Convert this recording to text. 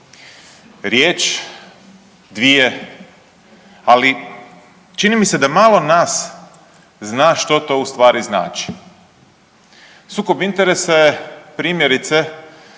riječ dvije ali čini mi se da malo nas zna što to u stvari znači. Sukob interesa je primjerice